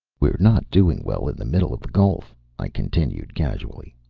we're not doing well in the middle of the gulf, i continued, casually.